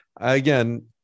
Again